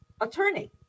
attorney